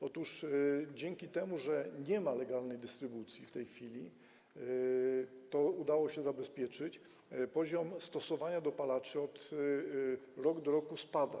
Otóż dzięki temu, że nie ma legalnej dystrybucji w tej chwili, to udało się zabezpieczyć, poziom stosowania dopalaczy rok do roku spada.